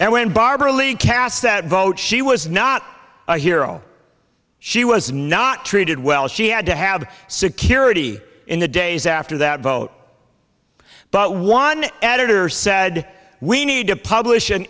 lee cast that vote she was not a hero she was not treated well she had to have security in the days after that vote but one editor said we need to publish an